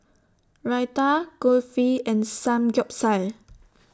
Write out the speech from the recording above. Raita Kulfi and Samgyeopsal